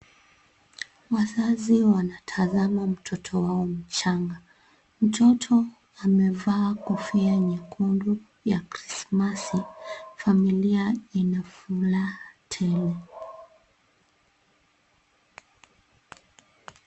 Wazazi wanatazama mtoto wao mchanga, mtoto amevaa kofia nyekundu ya krismasi, familia ina furaha tele.